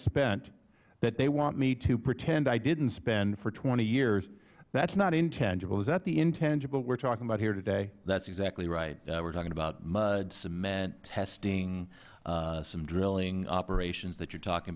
spent that they want me to pretend i didn't spend for twenty years that's not intangible is that the intangible we're talking about here today mister zierman that's exactly right we're talking about mud cement testing some drilling operations that you're talking